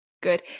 good